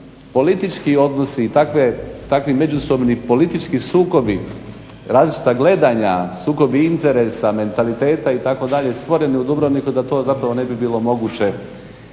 politički odnosi i takvi međusobni politički sukobi, različita gledanja, sukobi interesa, mentaliteta itd. stvoreni u Dubrovniku da to zapravo ne bi bilo moguće.